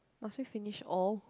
must we finish all